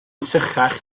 sychach